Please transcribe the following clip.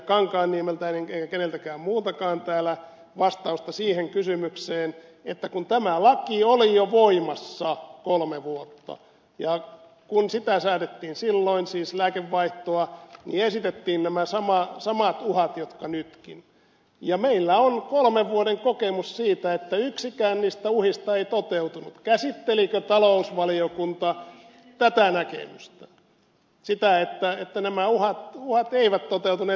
kankaanniemeltä enkä keneltäkään muultakaan täällä vastausta siihen kysymykseen että kun tämä laki oli jo voimassa kolme vuotta ja kun sitä säädettiin silloin siis lääkevaihtoa niin esitettiin nämä samat uhat kuin nytkin ja meillä on kolmen vuoden kokemus siitä että yksikään niistä uhista ei toteutunut käsittelikö talousvaliokunta tätä näkemystä sitä että nämä uhat eivät toteutuneet